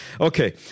Okay